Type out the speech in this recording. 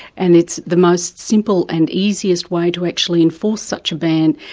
and it's the most simple and easiest way to actually enforce such a ban,